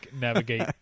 navigate